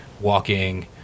walking